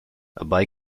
bei